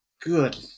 good